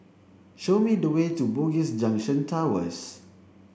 show me the way to Bugis Junction Towers